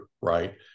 right